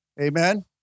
Amen